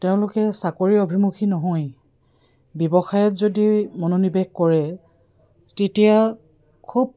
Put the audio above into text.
তেওঁলোকে চাকৰি অভিমুখী নহৈ ব্যৱসায়ত যদি মনোনিৱেশ কৰে তেতিয়া খুব